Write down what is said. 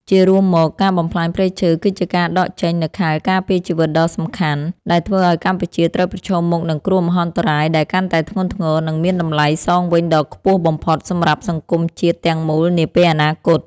ជារួមមក ការបំផ្លាញព្រៃឈើគឺជាការដកចេញនូវខែលការពារជីវិតដ៏សំខាន់ ដែលធ្វើឱ្យកម្ពុជាត្រូវប្រឈមមុខនឹងគ្រោះមហន្តរាយដែលកាន់តែធ្ងន់ធ្ងរ និងមានតម្លៃសងវិញដ៏ខ្ពស់បំផុតសម្រាប់សង្គមជាតិទាំងមូលនាពេលអនាគត។